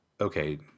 okay